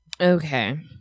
Okay